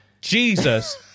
Jesus